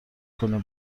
کنین